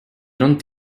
non